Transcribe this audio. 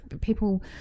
people